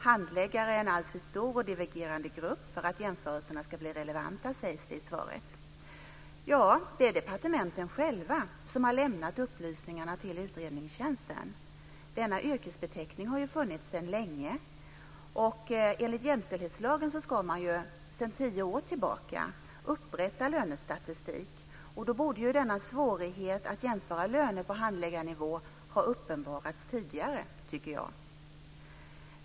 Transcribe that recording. Handläggare är en alltför stor och divergerande grupp för att jämförelserna ska bli relevanta, sägs det i svaret. Det är departementen själva som har lämnat upplysningarna till utredningstjänsten. Denna yrkesbeteckning har funnits sedan länge. Enligt jämställdhetslagen ska man sedan tio år tillbaka upprätta lönestatistik. Därför borde svårigheten att jämföra löner på handläggarnivå ha uppenbarats tidigare, tycker jag.